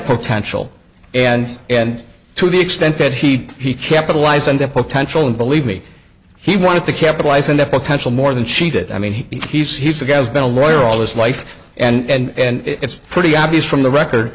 potential and and to the extent that he he capitalized on their potential and believe me he wanted to capitalize on that potential more than she did i mean he's he's the guy has been a lawyer all his life and it's pretty obvious from the record